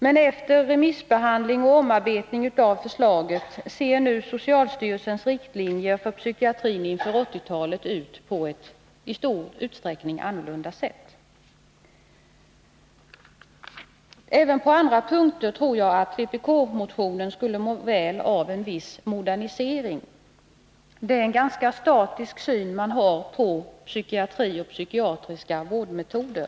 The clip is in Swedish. Men efter remissbehandling och omarbetning av förslaget ser nu socialstyrelsens riktlinjer för psykiatrin inför 1980-talet ut på ett i stor utsträckning annorlunda sätt. Även på andra punkter tror jag att vpk-motionen skulle må väl av en viss modernisering. Man har en ganska statisk syn på psykiatri och psykiatriska vårdmetoder.